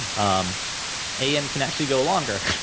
um am can actually go longer,